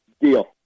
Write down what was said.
Deal